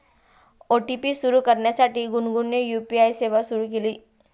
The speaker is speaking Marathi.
ओ.टी.पी सुरू करण्यासाठी गुनगुनने यू.पी.आय सेवा सुरू केली